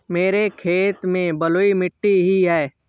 मेरे खेत में बलुई मिट्टी ही है